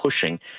pushing